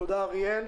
תודה, אריאל.